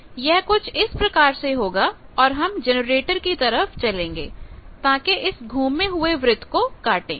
यह कुछ इस प्रकार से होगा और हम जनरेटर की तरफ चलेंगे ताकि इस घूमे हुए वृत्त को कांटे